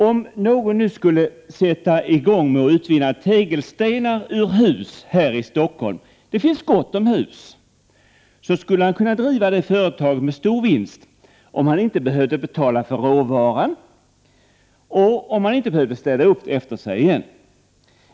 Om någon skulle sätta i gång med att utvinna tegelstenar ur hus här i Stockholm — det finns gott om hus — skulle han kunna driva det företaget med stor vinst, om han inte behövde betala för råvaran och om han inte behövde städa upp efter sig igen.